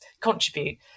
contribute